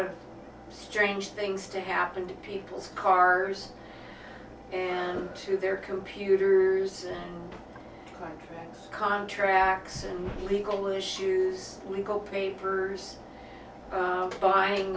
of strange things to happen to people's cars and to their computers contracts and legal issues legal papers buying